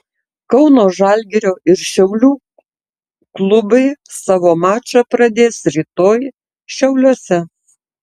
kauno žalgirio ir šiaulių klubai savo mačą pradės rytoj šiauliuose